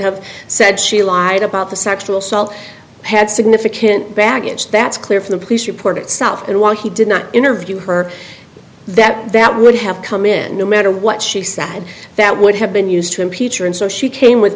have said she lied about the sexual assault had significant baggage that's clear from the police report itself and while he did not interview her that that would have come in no matter what she said that would have been used to impeach her and so she came with